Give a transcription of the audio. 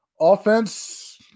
Offense